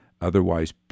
otherwise